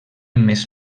més